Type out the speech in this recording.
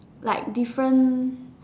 like different